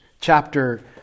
chapter